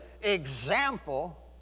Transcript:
example